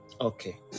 Okay